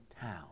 town